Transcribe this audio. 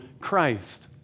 Christ